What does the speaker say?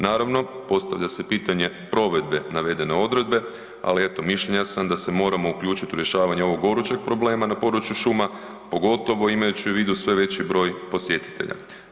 Naravno, postavlja se pitanje provedbe navedene odredbe, ali eto mišljenja sam da se moramo uključiti u rješavanje ovog gorućeg problema na području šuma, pogotovo imajući u vidu sve veći broj posjetitelja.